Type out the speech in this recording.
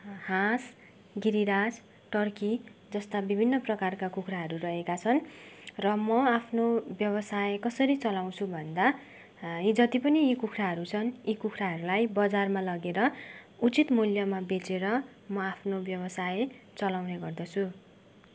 हाँस गिरीराज टर्की जस्ता विभिन्न प्राकारका कुखुराहरू रहेका छन् र म आफ्नो व्यवसाय कसरी चलाउँछु भन्दा यी जति पनि यी कुखुराहरू छन् यी कुखराहरूलाई बजारमा लगेर उचित मूल्यमा बेचेर म आफ्नो व्यवसाय चलाउने गर्दछु